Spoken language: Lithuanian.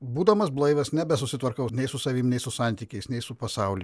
būdamas blaivas nebesusitvarkau nei su savimi nei su santykiais nei su pasauliu